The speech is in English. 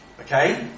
Okay